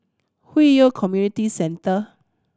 Hwi Yoh Community Centre